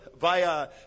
via